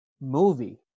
movie